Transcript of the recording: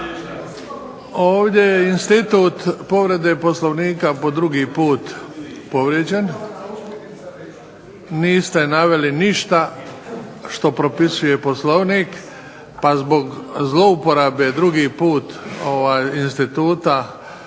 Ovdje je institut povrede Poslovnika po drugi put povrijeđen. Niste naveli ništa što propisuje Poslovnik pa zbog zlouporabe drugi put instituta